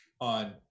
on